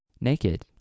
Naked